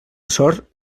sort